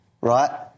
Right